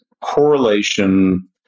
correlation